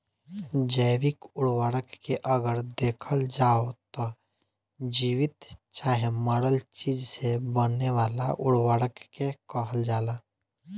जैविक उर्वरक के अगर देखल जाव त जीवित चाहे मरल चीज से बने वाला उर्वरक के कहल जाला